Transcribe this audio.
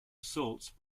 assaults